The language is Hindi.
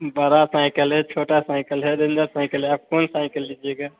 बड़ा साइकिल है छोटा साइकिल है रेंजर साइकिल है आप कौन सा साइकिल लीजिएगा